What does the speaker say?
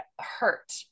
hurt